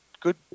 good